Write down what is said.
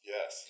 Yes